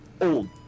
old